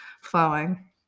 flowing